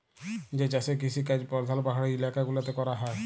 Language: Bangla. যে চাষের কিসিকাজ পরধাল পাহাড়ি ইলাকা গুলাতে ক্যরা হ্যয়